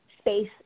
space